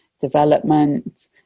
development